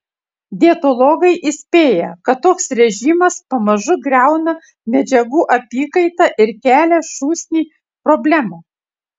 dietologai įspėja kad toks režimas pamažu griauna medžiagų apykaitą ir kelią šūsnį problemų